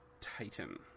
Titan